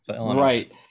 Right